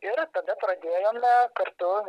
ir tada pradėjome kartu